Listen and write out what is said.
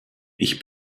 ich